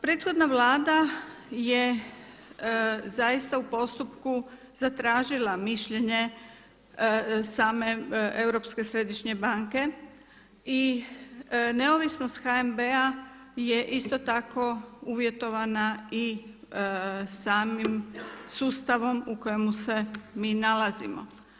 Prethodna Vlada je zaista u postupku zatražila mišljenje same Europske središnje banke i neovisnost HNB-a je isto tako uvjetovana i samim sustavom u kojemu se mi nalazimo.